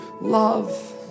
love